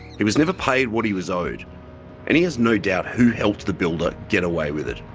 he was never paid what he was owed and he has no doubt who helped the builder get away with it.